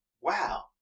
Wow